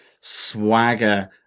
swagger